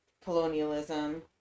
colonialism